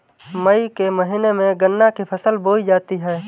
मई के महीने में गन्ना की फसल बोई जाती है